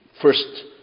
First